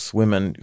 women